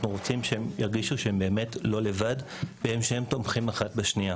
ירגישו שהם לא לבד ושהם תומכים זה בזו.